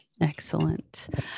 Excellent